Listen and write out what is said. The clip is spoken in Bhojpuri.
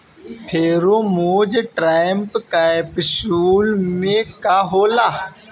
फेरोमोन ट्रैप कैप्सुल में का होला?